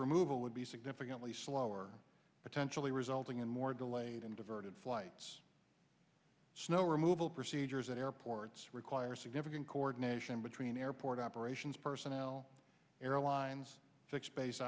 removal would be significantly slower potentially resulting in more delayed and diverted flights snow removal procedures at airports require significant coordination between airport operations personnel airlines fixed base